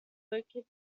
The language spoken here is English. located